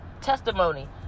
Testimony